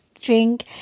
drink